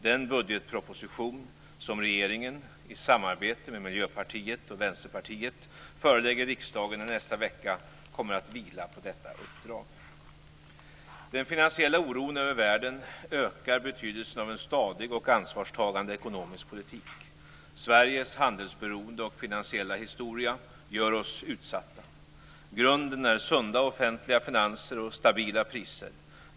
Den budgetproposition som regeringen - i samarbete med Miljöpartiet och Vänsterpartiet - förelägger riksdagen i nästa vecka kommer att vila på detta uppdrag. Den finansiella oron över världen ökar betydelsen av en stadig och ansvarstagande ekonomisk politik. Sveriges handelsberoende och finansiella historia gör oss utsatta. Grunden är sunda offentliga finanser och stabila priser.